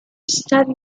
study